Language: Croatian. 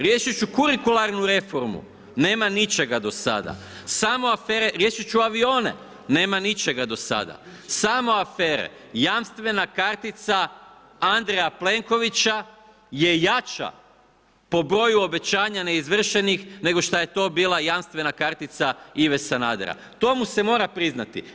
Riješit ću kurikularnu reformu, nema ničega do sada. samo afere, riješit ću avione, nema ničega do sada, samo afere, jamstvena kartica Andreja Plenkovića je jača po broju obećanja neizvršenih nego što je to bila jamstvena kartica Ive Sanadera, to mu se mora priznati.